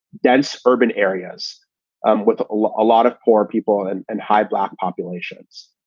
dense urban areas um with a lot of poor people and and high black populations,